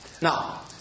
Now